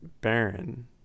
Baron